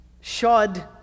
shod